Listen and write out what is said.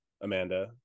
Amanda